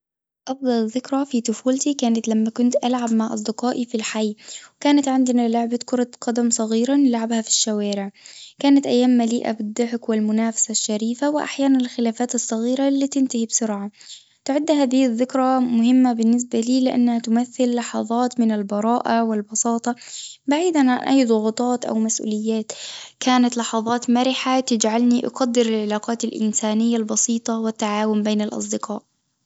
أفضل الذكرى في طفولتي كانت لما كنت ألعب مع أصدقائي في الحي وكانت عندنا لعبة كرة قدم صغيرة نلعبها في الشوارع، كانت أيام مليئة بالضحك والمنافسة الشريفة وأحيانًا الخلافات الصغيرة اللي تنتهي بسرعة تعد هذه الذكرى مهمة بالنسبة لي لإنها تمثل لحظات من البراءة والبساطة بعيدًا عن أي ضغوطات أو مسؤوليات كانت لحظات مرحة تجعلني أقدر العلاقات الإنسانية البسيطة والتعاون بين الأصدقاء.